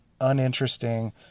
uninteresting